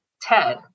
Ted